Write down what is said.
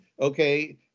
okay